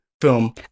film